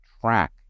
track